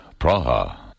Praha